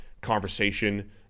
conversation